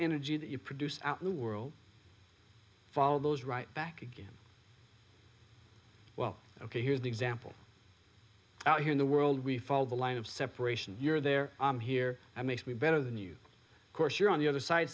that you produce out in the world follow those right back again well ok here's an example out here in the world we fall the line of separation you're there i'm here i makes me better than you course you're on the other side